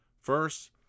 first